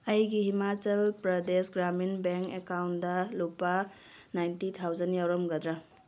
ꯑꯩꯒꯤ ꯍꯤꯃꯥꯆꯜ ꯆ꯭ꯔꯗꯦꯁ ꯒ꯭ꯔꯥꯃꯤꯟ ꯕꯦꯡ ꯑꯦꯀꯥꯎꯟꯗ ꯂꯨꯄꯥ ꯅꯥꯏꯟꯇꯤ ꯊꯥꯎꯖꯟ ꯌꯥꯎꯔꯝꯒꯗ꯭ꯔꯥ